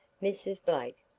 mrs. blake,